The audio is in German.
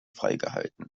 freigehalten